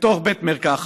בתוך בית מרקחת,